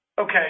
Okay